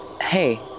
hey